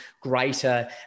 greater